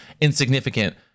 insignificant